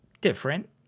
different